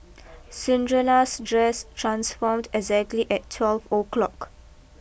Cinderella's dress transformed exactly at twelve O'clock